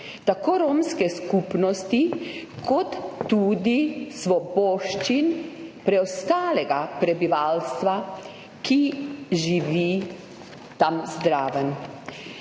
pravic romske skupnosti kot tudi svoboščin preostalega prebivalstva, ki živi tam zraven.